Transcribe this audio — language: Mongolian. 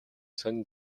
сонин